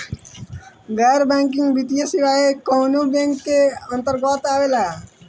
गैर बैंकिंग वित्तीय सेवाएं कोने बैंक के अन्तरगत आवेअला?